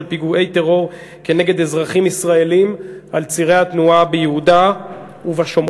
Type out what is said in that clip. פיגועי טרור נגד אזרחים ישראלים על צירי התנועה ביהודה ובשומרון.